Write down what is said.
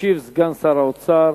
ישיב סגן שר האוצר,